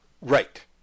Right